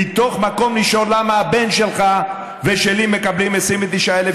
מתוך מקום לשאול למה הבן שלך ושלי מקבלים 29,000